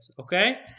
Okay